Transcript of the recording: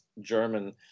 German